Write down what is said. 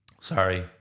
Sorry